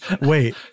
Wait